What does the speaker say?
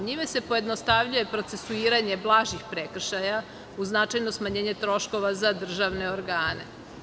Njime se pojednostavljuje procesuiranje blažih prekršaja u značajno smanjenje troškova za državne organe.